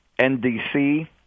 NDC